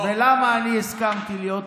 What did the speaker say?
ולמה אני הסכמתי להיות איתה?